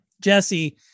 Jesse